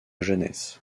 jeunesse